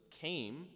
came